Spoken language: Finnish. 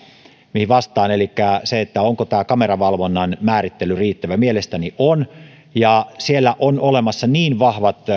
mihin vastaan on se onko tämä kameravalvonnan määrittely riittävä mielestäni on teurastamoista on olemassa niin vahvat